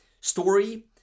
story